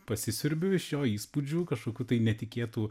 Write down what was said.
pasisiurbiu iš jo įspūdžių kažkokių tai netikėtų